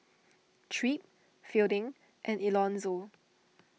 Tripp Fielding and Elonzo